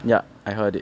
yup I heard it